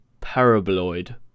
paraboloid